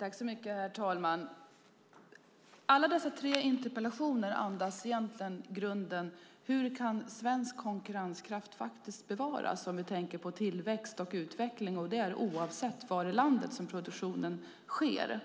Herr talman! Alla dessa tre interpellationer andas i grunden frågan: Hur kan svensk konkurrenskraft bevaras? Vi tänker då på tillväxt och utveckling oavsett var i landet produktionen sker.